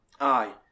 aye